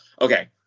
Okay